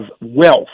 wealth